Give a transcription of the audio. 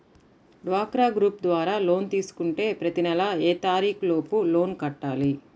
డ్వాక్రా గ్రూప్ ద్వారా లోన్ తీసుకుంటే ప్రతి నెల ఏ తారీకు లోపు లోన్ కట్టాలి?